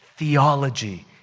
theology